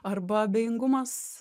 arba abejingumas